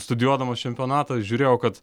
studijuodamas čempionatą žiūrėjau kad